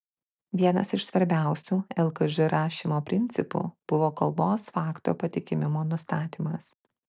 vienas iš svarbiausių lkž rašymo principų buvo kalbos fakto patikimumo nustatymas